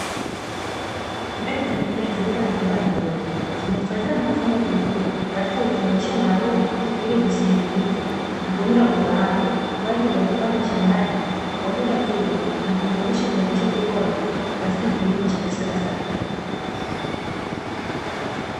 Mbegu za mimea zilizoandaliwa na Royal. Zimehifadhiwa na kufungwa vizuri katika vifungashio maalumu, ili zisiharibike na kulinda ubora wake kwa ajili ya kupandwa shambani kuongeza tija na kuimarisha uzalishaji bora katika kilimo cha kisasa.